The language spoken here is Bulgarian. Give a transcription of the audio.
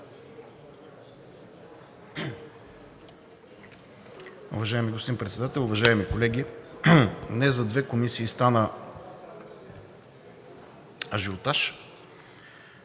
Уважаеми господин Председател, уважаеми колеги! Днес за две комисии стана аз